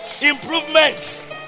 Improvements